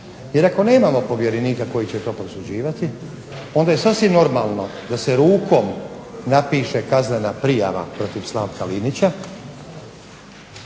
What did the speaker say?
Jer ako nemamo povjerenika koji će to prosuđivati onda je sasvim normalno da se rukom napiše kaznena prijava protiv Slavka Linića